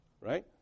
right